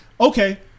Okay